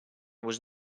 was